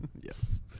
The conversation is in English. Yes